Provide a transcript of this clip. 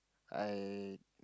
I